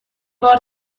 بار